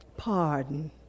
pardon